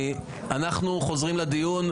ואנחנו חוזרים לדיון.